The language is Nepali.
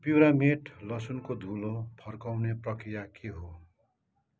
प्युरामेट लसुनको धुलो फर्काउने प्रक्रिया के हो